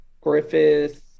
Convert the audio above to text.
Griffith